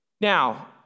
Now